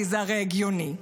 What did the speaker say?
כי זה הרי הגיוני,